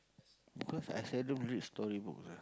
because I seldom read storybook lah